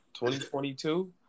2022